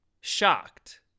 Shocked